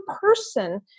person